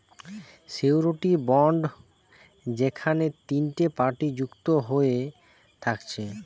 surety bond যেখেনে তিনটে party যুক্ত হয়ে থাকছে